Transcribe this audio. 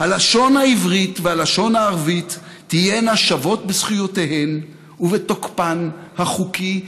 "הלשון העברית והלשון הערבית תהינה שוות בזכויותיהן ובתוקפן החוקי".